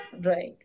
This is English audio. Right